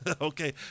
Okay